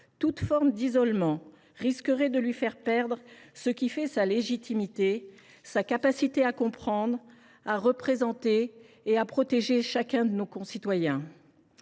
Toute forme d’isolement risquerait de lui faire perdre ce qui fait sa légitimité : sa capacité à comprendre, à représenter et à protéger chacun de nos concitoyens.